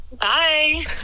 bye